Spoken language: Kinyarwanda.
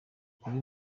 kuba